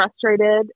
frustrated